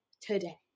today